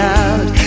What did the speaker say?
out